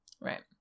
Right